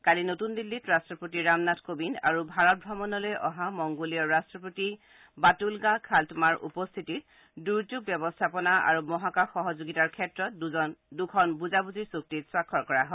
কালি নতুন দিল্লীত ৰাট্টপতি ৰামনাথ কোবিন্দ আৰু ভাৰত ভ্ৰমণলৈ অহা মংগোলিয়ৰ ৰাট্টপতি বাটুলংগা খাল্টমাৰ উপস্থিতিত দুৰ্যোগ ব্যৱস্থাপনা আৰু মহাকাশ সহযোগিতাৰ ক্ষেত্ৰত দুখন বুজাবুজিৰ চুক্তিত স্বাক্ষৰ কৰা হয়